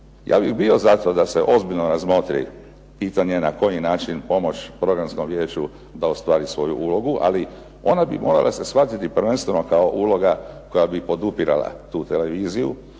Ja bih bio za to da se ozbiljno razmotri pitanje na koji način pomoći Programskom vijeću da ostvari svoju ulogu ali ona bi morala se shvatiti prvenstveno kao uloga koja bi podupirala tu televiziju